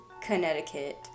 Connecticut